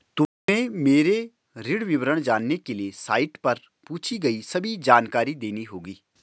तुम्हें मेरे ऋण विवरण जानने के लिए साइट पर पूछी गई सभी जानकारी देनी होगी